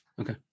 Okay